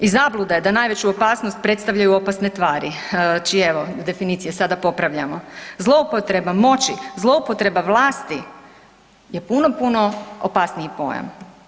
I zabluda je da najveću opasnost predstavljaju opasne tvari čije, evo sada, definicije popravljamo, zloupotreba moći, zloupotreba vlasti, je puno, puno opasniji pojam.